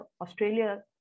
Australia